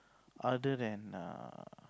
other than err